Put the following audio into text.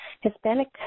Hispanic